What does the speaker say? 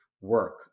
work